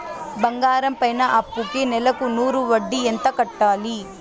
బంగారం పైన అప్పుకి నెలకు నూరు వడ్డీ ఎంత కట్టాలి?